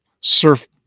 surf